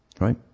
Right